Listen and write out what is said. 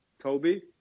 Toby